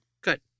Good